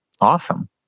Awesome